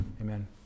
Amen